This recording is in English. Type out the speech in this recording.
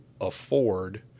afford